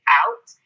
out